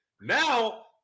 now